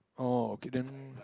oh okay then